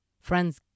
Friends